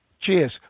Cheers